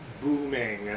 booming